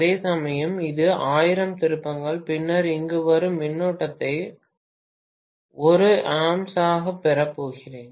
அதேசமயம் இது 1000 திருப்பங்கள் பின்னர் இங்கு வரும் மின்னோட்டத்தை 1 A ஆகப் பெறப்போகிறேன்